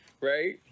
right